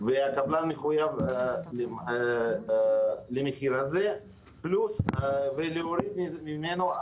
והקבלן מחויב למחיר הזה פלוס הורדה של